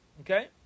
okay